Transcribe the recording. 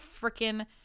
freaking